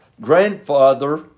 grandfather